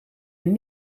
een